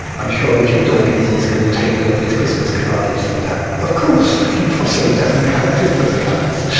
i'm sure richard dawkins is going to take me off his christmas card list for that. of course, he possibly doesn't have christmas cards.